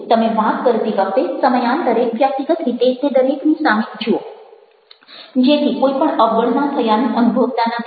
તમે વાત કરતી વખતે સમયાંતરે વ્યક્તિગત રીતે તે દરેકની સામે જુઓ જેથી કોઈ પણ અવગણના થયાનું અનુભવતા નથી